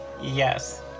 Yes